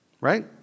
Right